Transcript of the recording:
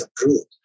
approved